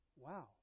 Wow